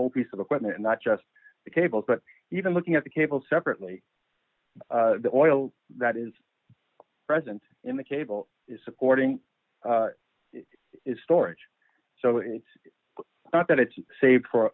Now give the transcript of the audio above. whole piece of equipment not just the cables but even looking at the cable separately the oil that is present in the cable is supporting is storage so it's not that it's saved for